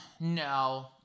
no